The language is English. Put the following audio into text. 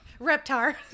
Reptar